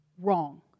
wrong